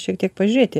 šiek tiek pažiūrėti